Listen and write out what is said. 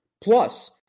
Plus